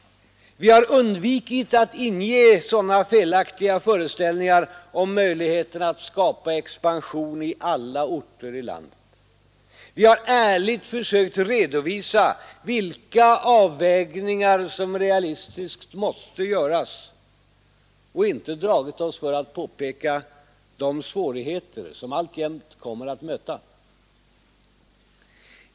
Vi har undvikit att inge sådana felaktiga föreställningar om möjligheterna att skapa expansion i alla orter i landet. Vi har ärligt försökt redovisa vilka avvägningar som realistiskt måste göras och inte dragit oss för att påpeka de svårigheter som alltjämt kommer att möta.